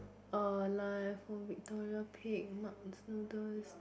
uh Victoria peak Mark's noodles